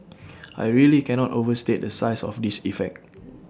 I really cannot overstate the size of this effect